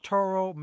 Toro